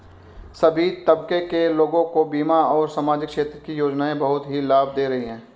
सभी तबके के लोगों को बीमा और सामाजिक क्षेत्र की योजनाएं बहुत ही लाभ दे रही हैं